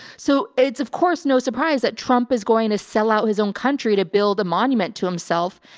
so it's of course, no surprise that trump is going to sell out his own country to build a monument to himself.